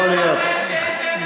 יכול להיות.